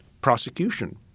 prosecution